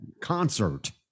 concert